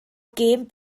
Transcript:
gêm